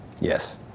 Yes